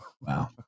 Wow